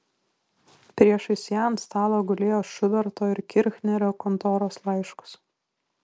priešais ją ant stalo gulėjo šuberto ir kirchnerio kontoros laiškas